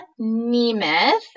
Nemeth